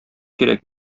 кирәк